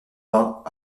vingts